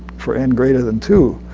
for n greater than two.